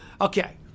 Okay